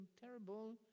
terrible